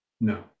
no